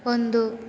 ಒಂದು